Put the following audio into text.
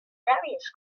darius